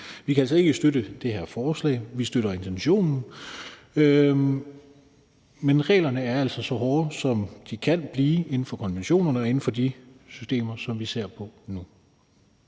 Vi kan altså ikke støtte det her forslag. Vi støtter intentionen, men reglerne er altså så hårde, som de kan blive inden for konventionerne og inden for de systemer, som vi ser på nu.